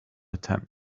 attempt